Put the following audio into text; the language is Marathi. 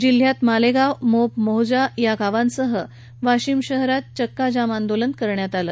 जिल्ह्यात मालेगाव मोप मोहजा या गावांसह वाशिम शहरात चक्का जाम आंदोलन करण्यात आलं